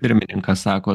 pirmininkas sako